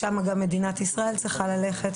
מדינת ישראל צריכה ללכת.